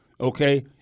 okay